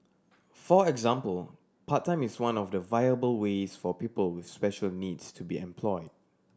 for example part time is one of the viable ways for people with special needs to be employed